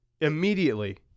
immediately